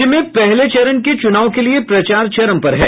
राज्य में पहले चरण के चुनाव के लिए प्रचार चरम पर है